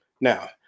now